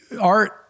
art